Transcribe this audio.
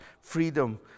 freedom